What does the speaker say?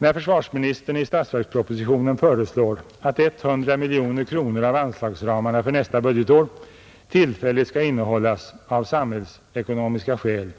När försvarsministern i statsverkspropositionen föreslår att 100 miljoner kronor av anslagsramarna för nästa budgetår tillfälligt skall innehållas av samhällsekonomiska skäl,